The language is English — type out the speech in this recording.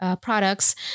products